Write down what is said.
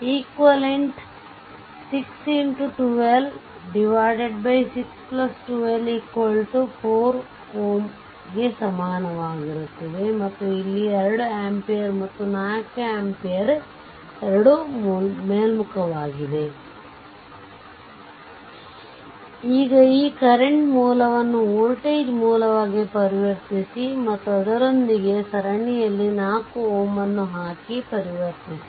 equivalent 6 x12612 4 Ω ಕ್ಕೆ ಸಮನಾಗಿರುತ್ತದೆ ಮತ್ತು ಇಲ್ಲಿ 2 ampere ಮತ್ತು 4 ampere ಎರಡೂ ಮೇಲ್ಮುಖವಾಗಿದೆ ಈಗ ಈ ಕರೆಂಟ್ ಮೂಲ ವನ್ನು ವೋಲ್ಟೇಜ್ ಮೂಲವಾಗಿ ಪರಿವರ್ತಿಸಿ ಮತ್ತು ಅದರೊಂದಿಗೆ ಸರಣಿಯಲ್ಲಿ 4 Ωಅನ್ನು ಹಾಕಿ ಪರಿವರ್ತಿಸಿ